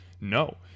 No